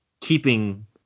keeping